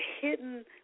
hidden